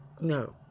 No